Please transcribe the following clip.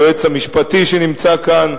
היועץ המשפטי שנמצא כאן,